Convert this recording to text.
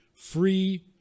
free